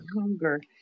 hunger